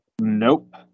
Nope